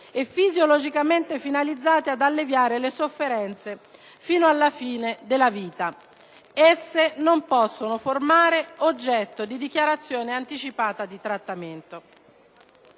e fisiologicamente finalizzate ad alleviare le sofferenze fino alla fine della vita. Esse non possono formare oggetto di dichiarazione anticipata di trattamento».